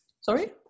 Sorry